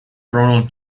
ronald